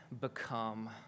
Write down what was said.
become